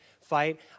fight